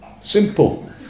Simple